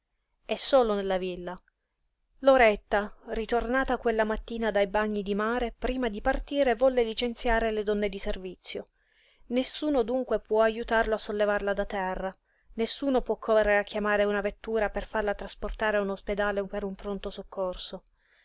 è solo nella villa loretta ritornata quella mattina dai bagni di mare prima di partire volle licenziare le donne di servizio nessuno dunque può ajutarlo a sollevarla da terra nessuno può correre a chiamare una vettura per farla trasportare a un ospedale per un pronto soccorso